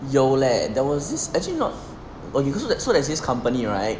有 leh there was this actually not so there was this company right